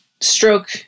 stroke